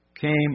came